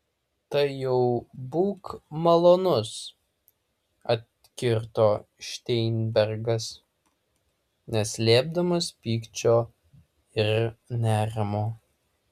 tai jau būk malonus atkirto šteinbergas neslėpdamas pykčio ir nerimo